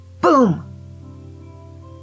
boom